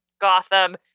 Gotham